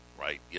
right